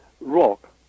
rock